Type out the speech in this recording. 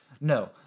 No